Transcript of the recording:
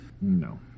No